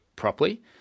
properly